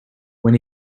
when